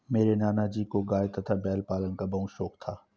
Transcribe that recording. मेरे नाना जी को गाय तथा बैल पालन का बहुत शौक था